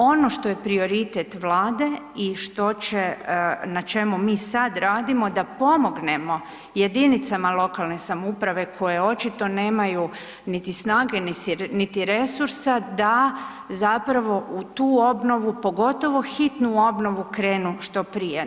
Ono što je prioritet Vlade i što će, na čemu mi sad radimo da pomognemo jedinicama lokalne samouprave koje očito nemaju niti snage, niti resursa da zapravo u tu obnovu, pogotovo hitnu obnovu krenu što prije.